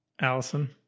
Allison